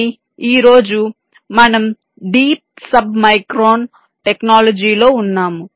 కానీ ఈ రోజు మనం డీప్ సబ్ మైక్రాన్ టెక్నాలజీలో ఉన్నాము